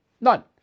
None